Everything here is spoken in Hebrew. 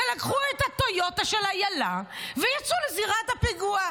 ולקחו את הטיוטה של אילה ויצאו לזירת הפיגוע.